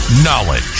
Knowledge